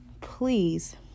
please